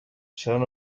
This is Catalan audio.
seran